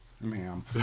ma'am